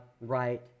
right